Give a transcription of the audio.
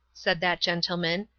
said that gentleman,